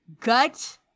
gut